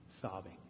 sobbing